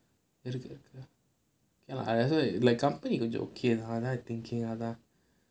இருக்கு அதாவது:irukku athaavathu company கொஞ்சம்:konjam okay lah ஆனா:aanaa thinking அதான்:athaan